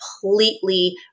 completely